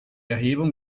erhebung